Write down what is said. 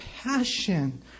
passion